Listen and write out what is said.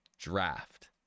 draft